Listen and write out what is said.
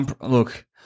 look